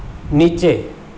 નીચે